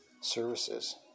services